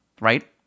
right